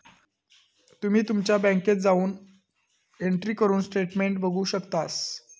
तुम्ही तुमच्या बँकेत जाऊन एंट्री करून स्टेटमेंट बघू शकतास